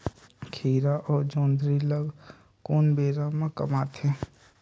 खीरा अउ जोंदरी ल कोन बेरा म कमाथे?